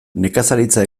nekazaritza